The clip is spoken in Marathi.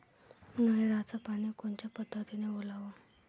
नयराचं पानी कोनच्या पद्धतीनं ओलाव?